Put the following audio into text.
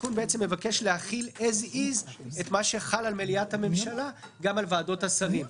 הוא מבקש להחיל AS IS את מה שחל על מליאת הממשלה גם על ועדות השרים.